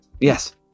Yes